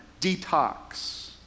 detox